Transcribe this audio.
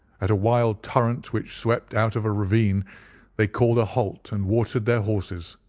at a wild torrent which swept out of a ravine they called a halt and watered their horses,